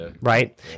right